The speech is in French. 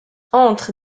entre